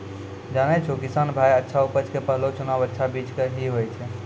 जानै छौ किसान भाय अच्छा उपज के पहलो चुनाव अच्छा बीज के हीं होय छै